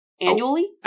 Annually